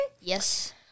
Yes